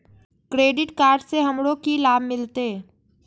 Credit card से हमरो की लाभ मिलते?